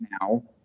now